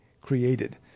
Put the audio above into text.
created